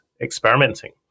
experimenting